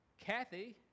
Kathy